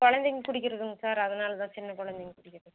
கொழந்தைங்க குடிக்கிறதுங்க சார் அதனால் தான் சின்ன கொழந்தைங்க குடிக்கிறது